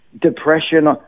depression